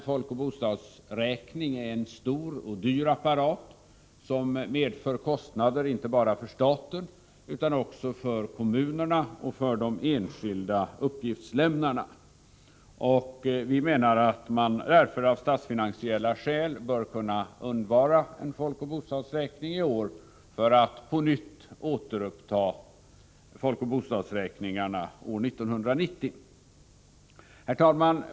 Folkoch bostadsräkningen är en stor och dyr apparat, som medför kostnader inte bara för staten utan också för kommunerna och för de enskilda uppgiftslämnarna. Vi menar att man därför av statsfinansiella skäl bör kunna undvara en folkoch bostadsräkning i år för att återuppta folkoch bostadsräkningarna år 1990. Herr talman!